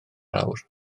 awr